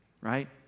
right